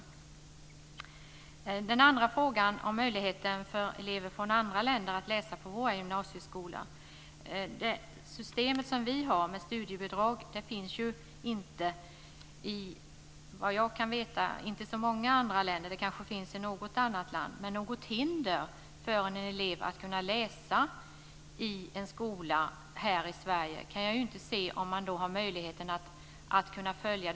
Sedan frågade Lars Hjertén om möjligheterna för elever från andra länder att studera vid våra gymnasieskolor. Det system som vi har med studiebidrag finns såvitt jag vet inte i så många andra länder. Men något hinder för elever att kunna läsa vid en skola här i Sverige kan jag inte se om han eller hon har möjlighet att följa undervisningen.